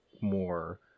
more